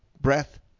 breath